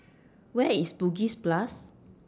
Where IS Bugis Plus